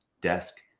desk